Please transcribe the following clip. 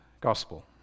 gospel